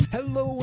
Hello